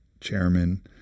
chairman